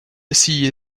see